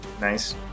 Nice